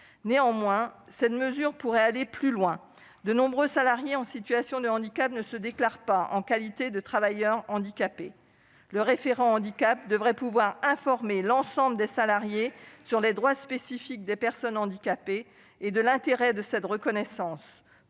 Néanmoins, cette mesure pourrait aller plus loin ; de nombreux salariés en situation de handicap ne demandent pas leur reconnaissance comme travailleurs handicapés. Or le référent handicap devrait pouvoir informer l'ensemble des salariés des droits spécifiques des personnes handicapées et de l'intérêt de ce statut.